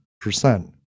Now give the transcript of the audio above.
percent